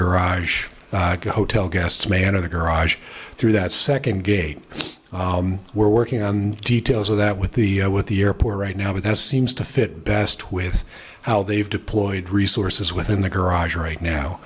garage hotel guests may enter the garage through that second gate we're working on the details of that with the with the airport right now but that seems to fit best with how they've deployed resources within the garage right now